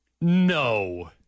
No